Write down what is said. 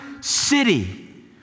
city